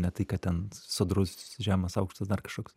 ne tai kad ten sodrus žemas aukštas dar kažkoks